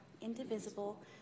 indivisible